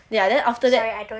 ya then after that right